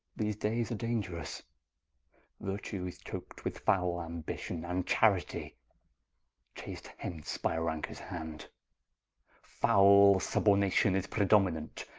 these dayes are dangerous vertue is choakt with foule ambition, and charitie chas'd hence by rancours hand foule subornation is predominant,